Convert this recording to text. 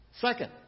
Second